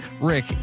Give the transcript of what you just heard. Rick